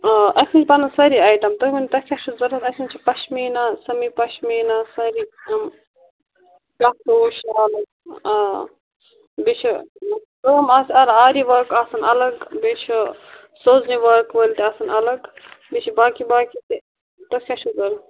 آ اَسہِ نِش بنَن سٲری آیٹَم تُہۍ ؤنِو تۄہہِ کیٛاہ چھُو ضوٚرَتھ اَسہِ نِش چھُ پشمینا سمی پشمینا سٲری تِم بیٚیہِ چھُ آری ؤرٕک آسان الگ بیٚیہِ چھُ سوزنہِ ؤرٕک وٲلۍ تہِ آسان الگ بیٚیہِ چھُ باقی باقی تہِ تۄہہِ کیٛاہ چھُو ضوٚرَتھ